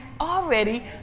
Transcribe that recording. already